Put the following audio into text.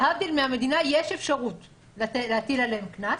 להבדיל מהמדינה, יש אפשרות להטיל עליהם קנס.